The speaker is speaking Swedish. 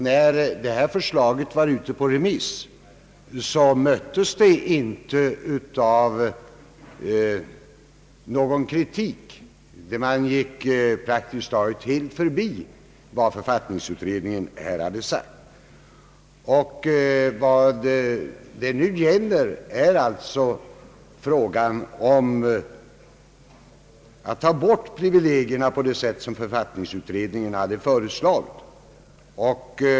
När förslaget var ute på remiss, möttes det inte av någon kritik. Man gick praktiskt taget helt förbi vad författningsutredningen här hade sagt. Vad frågan nu gäller är alltså huruvida man skall ta bort privilegierna på det sätt som författningsutredningen hade före slagit.